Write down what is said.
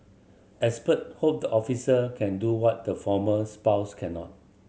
expert hope the officer can do what the former spouse cannot